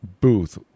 booth